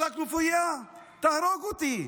אבל הכנופיה תהרוג אותי.